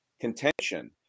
contention